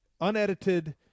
unedited